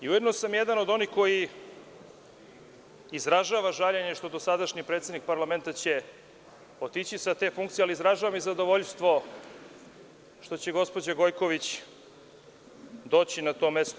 Ujedno sam i jedan od onih koji izražava žaljenje što će dosadašnji predsednik parlamenta otići sa te funkcije, ali izražavam i zadovoljstvo što će gospođa Gojković doći na to mesto.